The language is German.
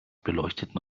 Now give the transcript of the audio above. beleuchteten